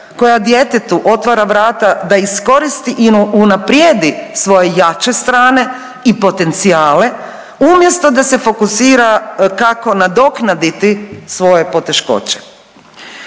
koja djetetu otvara vrata da iskoristi i unaprijedi svoje jače strane i potencijale umjesto da se fokusira kako nadoknaditi svoje poteškoće.